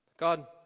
God